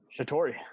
shatori